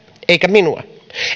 eikä minua